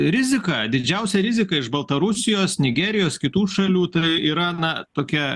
rizika didžiausia rizika iš baltarusijos nigerijos kitų šalių tai yra na tokia